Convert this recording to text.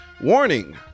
Warning